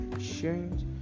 change